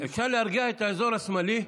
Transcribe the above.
אפשר להרגיע את האזור השמאלי?